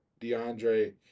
DeAndre